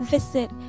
Visit